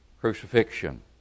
crucifixion